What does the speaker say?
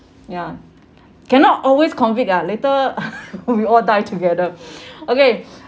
ya cannot always COVID uh later we all die together okay